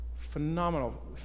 Phenomenal